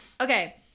Okay